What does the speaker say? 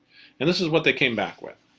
and this is what they came back with.